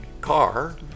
car